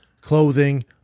clothing